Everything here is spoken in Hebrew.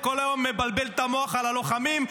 שכל היום מבלבל את המוח על הלוחמים?